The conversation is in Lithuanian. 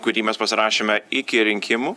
kurį mes pasirašėme iki rinkimų